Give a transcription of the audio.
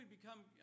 become